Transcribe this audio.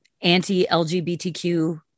anti-LGBTQ